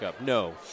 no